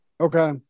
okay